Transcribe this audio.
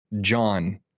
John